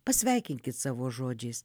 pasveikinkit savo žodžiais